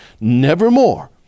Nevermore